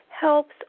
helps